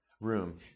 room